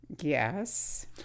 Yes